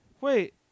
Wait